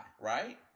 right